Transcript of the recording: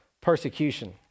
persecution